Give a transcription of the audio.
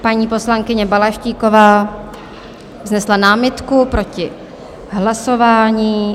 Paní poslankyně Balaštíková vznesla námitku proti hlasování.